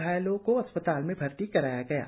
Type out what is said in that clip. घायलों को अस्पताल में भर्ती कराया गया है